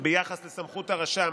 ביחס לסמכות הרשם